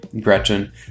Gretchen